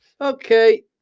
okay